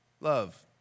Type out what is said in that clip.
love